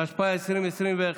התשפ"א 2021,